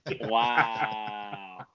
Wow